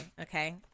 okay